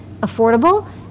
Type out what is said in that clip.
affordable